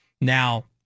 Now